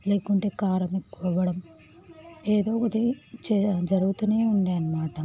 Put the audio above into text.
లేకుంటే కారం ఎక్కువవ్వడం ఏదో ఒకటి చ జరుగుతూనే ఉండే అనమాట